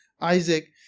Isaac